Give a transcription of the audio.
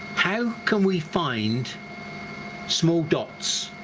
how can we find small dots?